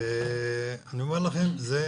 אני אומר לכם שזה